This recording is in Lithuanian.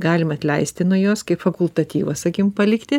galim atleisti nuo jos kaip fakultatyvą sakykim palikti